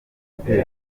umutekano